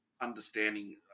understanding